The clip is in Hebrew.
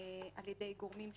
על ידי גורמים שונים.